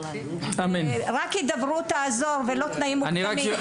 רק הדברות תעזור, ללא תנאים מוקדמים.